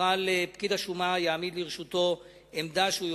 פקיד השומה יעמיד לרשותו עמדה שבה הוא